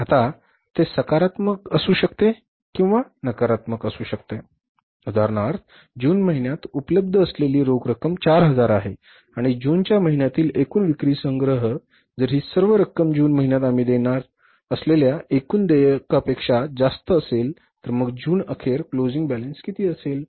आता ते सकारात्मक असु शकते किंवा नकारात्मक असू शकते उदाहरणार्थ जून महिन्यात उपलब्ध असलेली रोख रक्कम 4000 आहे आणि जूनच्या महिन्यातील एकूण विक्री संग्रह जर हि सर्व रक्कम जून महिन्यात आम्ही देणार असलेल्या एकूण देयकापेक्षा जास्त असेल तर मग जूनअखेर क्लोजिंग बॅलन्स किती असेल